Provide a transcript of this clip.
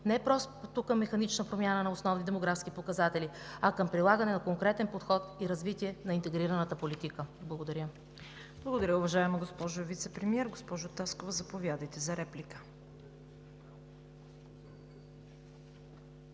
не просто към механична промяна на основни демографски показатели, а към прилагане на конкретен подход и развитие на интегрираната политика. Благодаря. ПРЕДСЕДАТЕЛ ЦВЕТА КАРАЯНЧЕВА: Благодаря Ви, уважаема госпожо Вицепремиер. Госпожо Таскова, заповядайте за реплика.